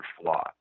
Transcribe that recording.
flaw